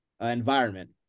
environment